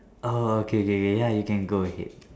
oh okay okay okay ya you can go ahead